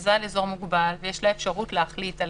מכריזה על אזור מוגבל ויש לה אפשרות להחליט על